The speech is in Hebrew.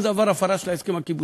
כל דבר, הפרה של ההסכם הקיבוצי.